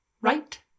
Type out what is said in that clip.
Right